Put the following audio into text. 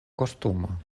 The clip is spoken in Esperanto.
kostumo